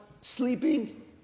sleeping